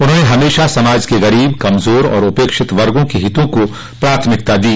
उन्होंने हमेशा समाज के गरीब कमजोर तथा उपेक्षित वर्गो के हितों को प्राथमिकता दी